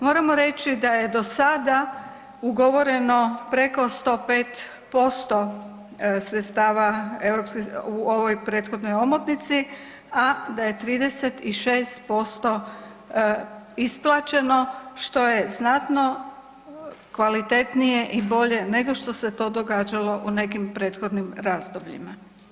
Moramo reći da je do sada ugovoreno preko 105% sredstava .../nerazumljivo/... u ovoj prethodnoj omotnici, a da je 36% isplaćeno, što je znatno kvalitetnije i bolje nego što se to događalo u nekim prethodnim razdobljima.